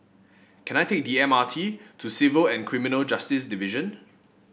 can I take the M R T to Civil and Criminal Justice Division